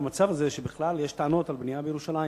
למצב הזה שבכלל יש טענות על בנייה בירושלים.